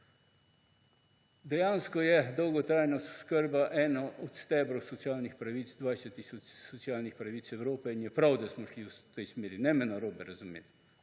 Dejansko je dolgotrajna oskrba eden od stebrov socialnih pravic, 20 socialnih pravic Evrope. In je prav, da smo šli v tej smeri, ne me narobe razumeti.